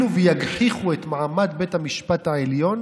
ויגחיכו את מעמד בית המשפט העליון